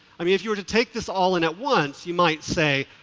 i mean if you were to take this all in at once, you might say,